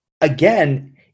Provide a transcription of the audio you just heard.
again